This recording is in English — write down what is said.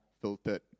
filtered